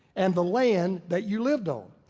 and the land that you lived on.